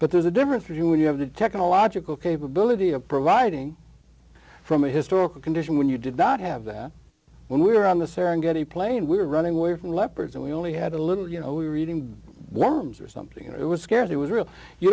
but there's a difference for you when you have the technological capability of providing from a historical condition when you did not have that when we were on the serengeti plain we were running away from leopards and we only had a little you know we were eating worms or something it was scared it was real you